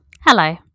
Hello